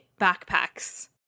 backpacks